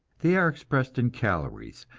they are expressed in calories,